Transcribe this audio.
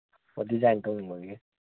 ꯑꯣ ꯗꯤꯖꯥꯏꯟ ꯇꯧꯅꯤꯡꯕꯒꯤ